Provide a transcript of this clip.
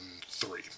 three